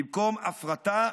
במקום הפרטה,